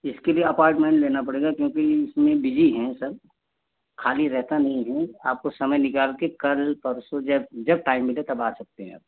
इसके लिए अपार्टमेंट लेना पड़ेगा क्योंकि इसमें बिजी हैं सब खाली रहता नहीं है आपको समय निकालकर कल परसो जब जब टाइम मिले तब आ सकते हैं आप